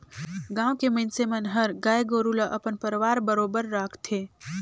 गाँव के मइनसे मन हर गाय गोरु ल अपन परवार बरोबर राखथे